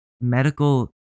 medical